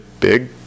big